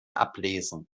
ablesen